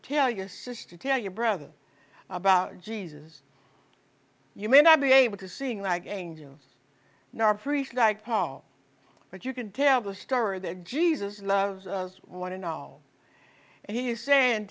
tell your sister tell your brother about jesus you may not be able to sing like angels nor priests like paul but you can tell the star that jesus loves us want to know and he is saying